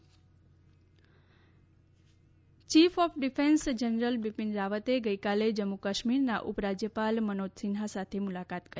Bipin Rawat chief of defence general Bipin રાવતે ગઇકાલે જમ્મુ કાશ્મીરના ઉપરાજ્યપાલ મનોજ સિન્હા સાથે મુલાકાત કરી